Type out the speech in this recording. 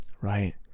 right